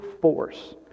force